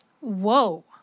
Whoa